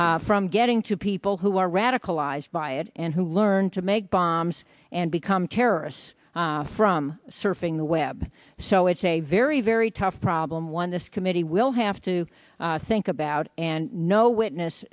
information from getting to people who are radicalized by it and who learn to make bombs and become terrorists from surfing the web so it's a very very tough problem one this committee will have to think about and no witness